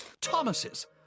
Thomas's